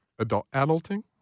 Adulting